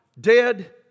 dead